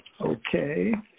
Okay